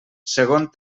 segon